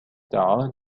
تعال